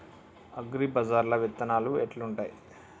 అగ్రిబజార్ల విత్తనాలు ఎట్లుంటయ్?